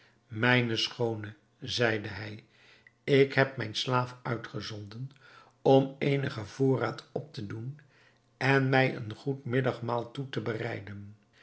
mijne schoone zeide hij ik heb mijn slaaf uitgezonden om eenigen voorraad op te doen en mij een goed middagmaal toe te bereiden